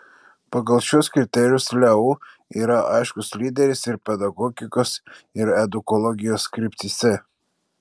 pagal šiuos kriterijus leu yra aiškus lyderis ir pedagogikos ir edukologijos kryptyse